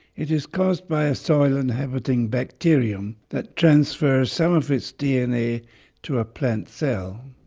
it is caused by a soil inhabiting bacterium that transfers some of its dna to a plant cell.